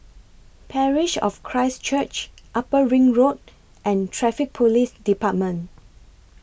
Parish of Christ Church Upper Ring Road and Traffic Police department